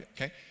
Okay